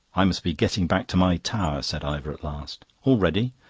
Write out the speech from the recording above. i must be getting back to my tower, said ivor at last. already?